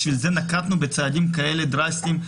בשביל זה נקטנו בצעדים כאלה דרסטיים,